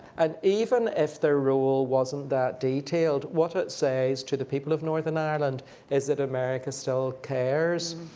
and even if the role wasn't that detailed, what it says to the people of northern ireland is that america still cares,